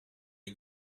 you